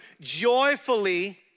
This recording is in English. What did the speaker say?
joyfully